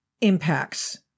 impacts